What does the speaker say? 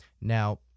Now